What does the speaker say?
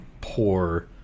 poor